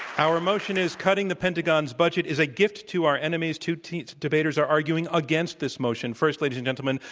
our motion is, cutting the pentagon's budget is a gift to our enemies. two two debaters are arguing against this motion. first, ladies and gentlemen,